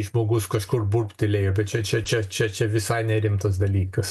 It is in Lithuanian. žmogus kažkur burbtelėjo bet čia čia čia čia čia visai nerimtas dalykas